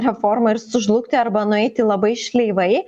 reforma ir sužlugti arba nueiti labai šleivai